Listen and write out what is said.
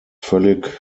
völlig